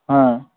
হ্যাঁ